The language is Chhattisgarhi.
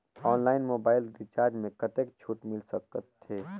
ऑनलाइन मोबाइल रिचार्ज मे कतेक छूट मिल सकत हे?